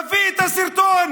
תביא את הסרטון.